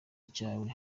cyawe